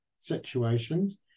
situations